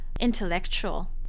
intellectual